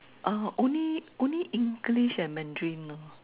ah only only English and Mandarin now